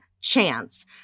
chance